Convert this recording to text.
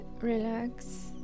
relax